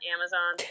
Amazon